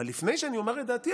אבל לפני שאני אומר את דעתי,